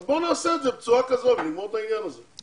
אז בואו נעשה את זה בצורה כזאת ונגמור את העניין הזה.